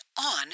on